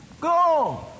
go